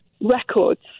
records